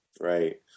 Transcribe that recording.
Right